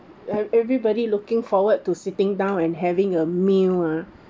e~ everybody looking forward to sitting down and having a meal ah